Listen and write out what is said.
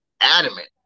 adamant